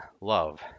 Love